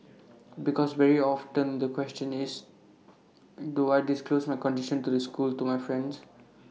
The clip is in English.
because very often the question is do I disclose my condition to the school to my friends